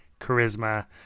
Charisma